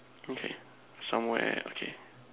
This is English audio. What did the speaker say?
okay somewhere okay